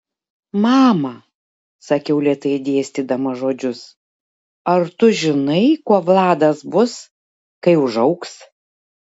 mama sakiau lėtai dėstydama žodžius ar tu žinai kuo vladas bus kai užaugs